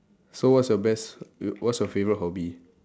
so what's your best what's your favourite hobby